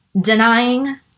denying